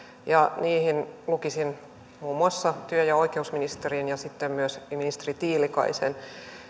ja niihin lukisin muun muassa työ ja oikeusministerin ja sitten myös ministeri tiilikaisen